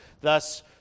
Thus